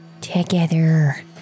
together